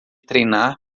treinar